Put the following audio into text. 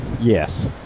yes